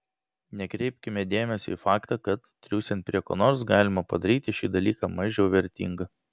nekreipkime dėmesio į faktą kad triūsiant prie ko nors galima padaryti šį dalyką mažiau vertingą